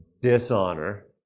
Dishonor